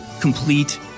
complete